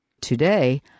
Today